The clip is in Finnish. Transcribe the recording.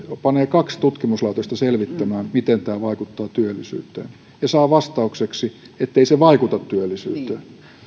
panee kaksi tutkimuslaitosta selvittämään miten tämä vaikuttaa työllisyyteen ja saa vastaukseksi ettei se vaikuta työllisyyteen